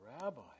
Rabbi